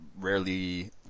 rarely